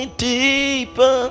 deeper